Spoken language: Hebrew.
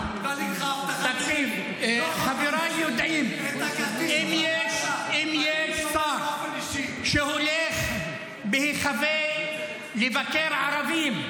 חבריי יודעים שאם יש שר שהולך בהיחבא לבקר ערבים,